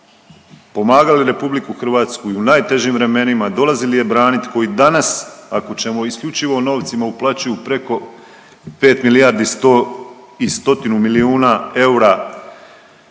pomagali RH i u najtežim vremenima, dolazili je braniti, koji danas, ako ćemo isključivo o novcima uplaćuju preko 5 milijardi i stotinu milijuna eura